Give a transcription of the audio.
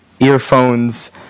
earphones